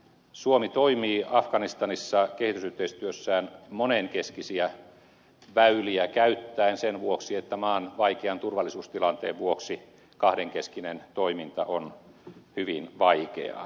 suomi toimii afganistanissa kehitysyhteistyössään monenkeskisiä väyliä käyttäen sen vuoksi että maan vaikean turvallisuustilanteen vuoksi kahdenkeskinen toiminta on hyvin vaikeaa